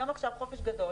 עכשיו חופש גדול,